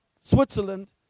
Switzerland